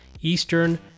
eastern